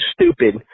stupid